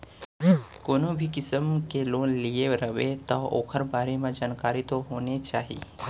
कोनो भी किसम के लोन लिये रबे तौ ओकर बारे म जानकारी तो होने चाही